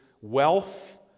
wealth